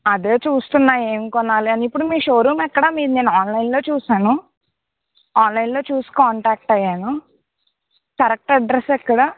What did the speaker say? అదే చూస్తున్నాను ఏం కొనాలి అని ఇప్పుడు మీ షోరూం ఎక్కడ మీది నేను ఆన్లైన్లో చూసాను ఆన్లైన్లో చూసి కాంటాక్ట్ అయ్యాను కరెక్ట్ అడ్రస్ ఎక్కడ